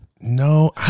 No